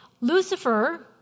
Lucifer